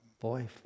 boy